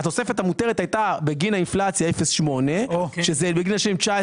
התוספת המותרת הייתה בגין האינפלציה 0.8% שזה בשנים 19',